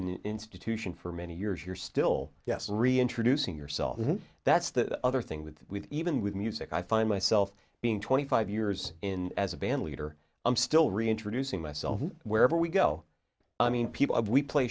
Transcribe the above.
the institution for many years you're still yes reintroducing yourself that's the other thing with even with music i find myself being twenty five years in as a bandleader i'm still reintroducing myself wherever we go i mean people we play